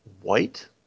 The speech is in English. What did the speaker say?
white